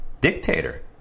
dictator